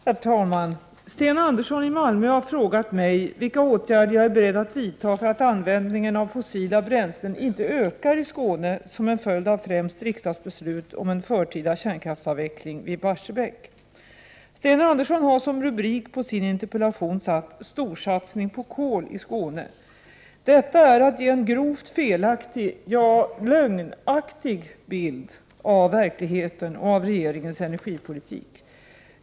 Herr talman! Sten Andersson i Malmö har frågat mig vilka åtgärder jag är beredd att vidta för att användningen av fossila bränslen inte skall öka i Skåne som en följd av främst riksdagsbeslut om en förtida kärnkraftsavveckling vid Barsebäck. Sten Andersson har som rubrik på sin interpellation satt ”Storsatsning på kol i Skåne”. Detta är att ge en grovt felaktig, ja, lögnaktig bild av verkligheten och av regeringens energipolitik.